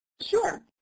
Sure